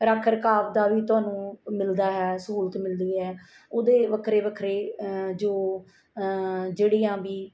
ਰੱਖ ਰਖਾਵ ਦਾ ਵੀ ਤੁਹਾਨੂੰ ਮਿਲਦਾ ਹੈ ਸਹੂਲਤ ਮਿਲਦੀ ਹੈ ਉਹਦੇ ਵੱਖਰੇ ਵੱਖਰੇ ਜੋ ਜਿਹੜੀਆਂ ਵੀ